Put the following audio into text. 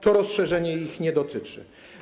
To rozszerzenie ich nie dotyczy.